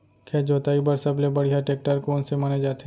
खेत जोताई बर सबले बढ़िया टेकटर कोन से माने जाथे?